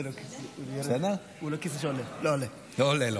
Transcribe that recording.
לא עולה לו.